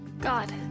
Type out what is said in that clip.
God